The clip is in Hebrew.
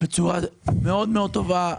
בצורה מאוד מאוד טובה,